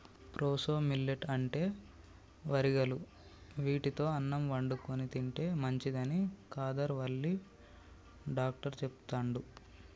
proso millet అంటే వరిగలు వీటితో అన్నం వండుకొని తింటే మంచిదని కాదర్ వల్లి డాక్టర్ చెపుతండు